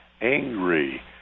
angry